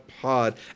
pod